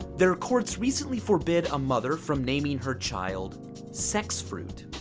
their courts recently forbid a mother from naming her child sex fruit.